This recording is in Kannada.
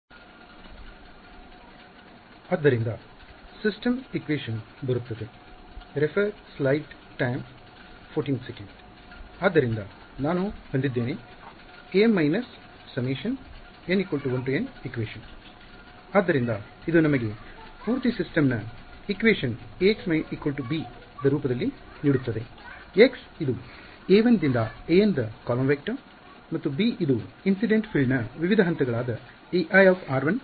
ಆದ್ದರಿಂದ ಇದು ನಮಗೆ ಪೂರ್ತಿ ಸಿಸ್ಟಮ್ ನ ಇಕ್ವೇಶನ್ Ax b ನ ರೂಪದಲ್ಲಿ ನೀಡುತ್ತದೆ x ಇದು a1 ದಿಂದ aN ದ ಕಾಲಮ್ ವೆಕ್ಟರ್ ಮತ್ತು b ಇದು ಇನ್ಸಿಡೆಂಟ್ ಫೀಲ್ಡ್ ನ ವಿವಿಧ ಹಂತಗಳಾದ Ei